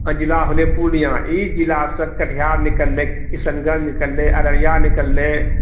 जिला होलै पूर्णिया ई जिलासँ कटिहार निकलै किशनगञ्ज निकलै अररिया निकलै